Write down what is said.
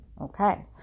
Okay